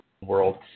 world